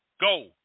Go